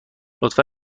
لطفا